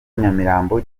nyamirambo